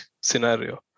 scenario